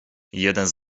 jeden